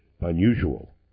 unusual